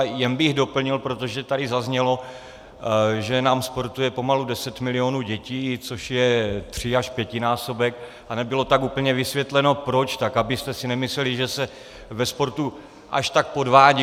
Jen bych doplnil, protože tady zaznělo, že nám sportuje pomalu deset milionů dětí, což je troj až pětinásobek, a nebylo tak úplně vysvětleno, proč, tak abyste si nemysleli, že se ve sportu až tak podvádí.